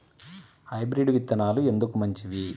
Hybrid విత్తనాలు ఎందుకు మంచివి?